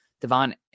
Devon